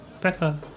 better